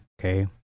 Okay